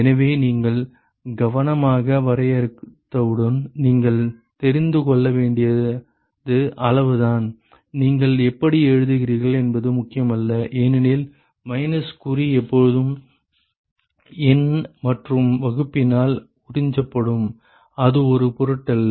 எனவே நீங்கள் கவனமாக வரையறுத்தவுடன் நீங்கள் தெரிந்து கொள்ள வேண்டியது அவ்வளவுதான் நீங்கள் எப்படி எழுதுகிறீர்கள் என்பது முக்கியமல்ல ஏனெனில் மைனஸ் குறி எப்போதும் எண் மற்றும் வகுப்பினால் உறிஞ்சப்படும் அது ஒரு பொருட்டல்ல